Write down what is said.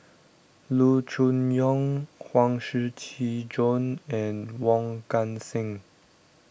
Loo Choon Yong Huang Shiqi Joan and Wong Kan Seng